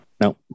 no